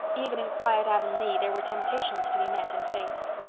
even in quiet avonlea there were temptations to be met and faced.